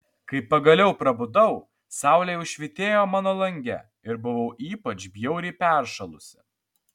kai pagaliau prabudau saulė jau švytėjo mano lange ir buvau ypač bjauriai peršalusi